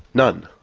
none.